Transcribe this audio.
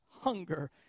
hunger